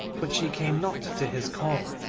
but she came not to his call,